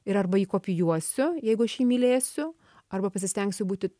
ir arba jį kopijuosiu jeigu aš jį mylėsiu arba pasistengsiu būti